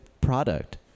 product